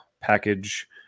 package